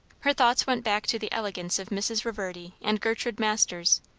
her thoughts went back to the elegance of mrs. reverdy and gertrude masters,